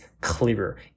clearer